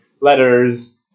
letters